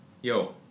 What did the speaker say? Yo